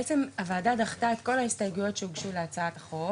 בעצם הוועדה דחתה את כל ההסתייגויות שהוגשו להצעת החוק.